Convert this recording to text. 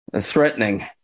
threatening